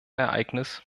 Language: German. ereignis